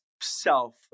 self